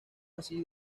así